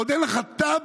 עוד אין לך תב"ע.